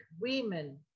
women